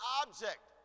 object